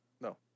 No